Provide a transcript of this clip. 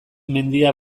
mendia